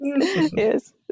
Yes